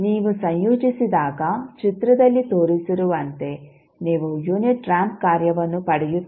ನೀವು ಸಂಯೋಜಿಸಿದಾಗ ಚಿತ್ರದಲ್ಲಿ ತೋರಿಸಿರುವಂತೆ ನೀವು ಯುನಿಟ್ ರಾಂಪ್ ಕಾರ್ಯವನ್ನು ಪಡೆಯುತ್ತೀರಿ